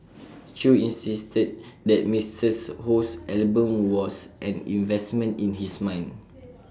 chew insisted that Ms Ho's album was an investment in his mind